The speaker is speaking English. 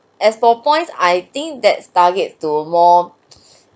as for points I think thats target to more